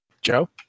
Joe